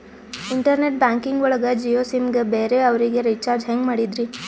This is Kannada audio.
ಇಂಟರ್ನೆಟ್ ಬ್ಯಾಂಕಿಂಗ್ ಒಳಗ ಜಿಯೋ ಸಿಮ್ ಗೆ ಬೇರೆ ಅವರಿಗೆ ರೀಚಾರ್ಜ್ ಹೆಂಗ್ ಮಾಡಿದ್ರಿ?